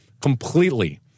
completely